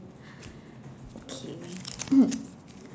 okay